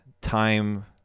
time